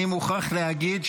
אני מוכרח להגיד,